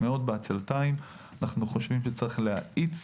אנחנו חושבים שצריך להאיץ